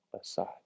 aside